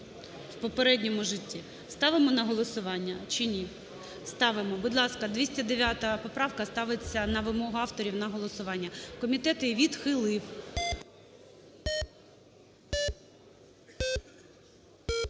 в попередньому житті? Ставимо на голосування чи ні? Ставимо. Будь ласка, 209 поправка ставиться, на вимогу авторів, на голосування. Комітет її відхилив.